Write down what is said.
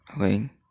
Okay